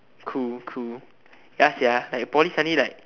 cool cool ya sia like poly suddenly like